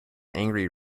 angry